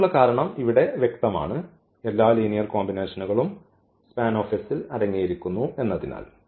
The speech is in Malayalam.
അതിനുള്ള കാരണം ഇവിടെ വ്യക്തമാണ് എല്ലാ ലീനിയർ കോമ്പിനേഷനുകളും SPAN ൽ അടങ്ങിയിരിക്കുന്നു എന്നതിനാൽ